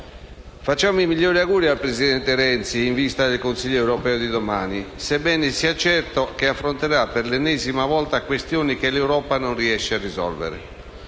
facciamo i migliori auguri al presidente Renzi, in vista del Consiglio europeo di domani, sebbene sia certo che affronterà per l'ennesima volta questioni che l'Europa non riesce a risolvere.